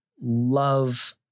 love